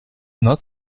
not